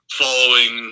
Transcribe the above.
following